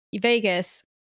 Vegas